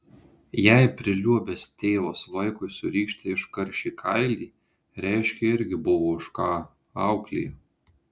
jei priliuobęs tėvas vaikui su rykšte iškaršė kailį reiškia irgi buvo už ką auklėja